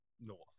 north